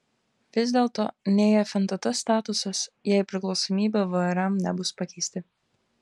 vis dėlto nei fntt statusas jei priklausomybė vrm nebus pakeisti